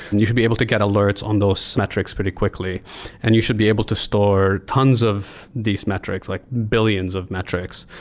you should be able to get alerts on those metrics pretty quickly and you should be able to store tons of these metrics, like billions of metrics.